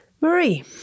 Marie